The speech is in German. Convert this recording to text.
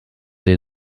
den